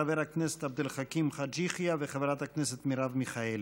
חבר הכנסת עבד אל חכים חאג' יחיא וחברת הכנסת מרב מיכאלי.